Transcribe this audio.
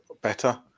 better